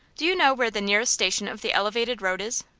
do you know where the nearest station of the elevated road is?